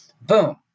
boom